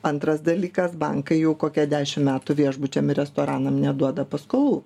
antras dalykas bankai jau kokia dešim metų viešbučiam ir restoranam neduoda paskolų